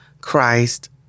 Christ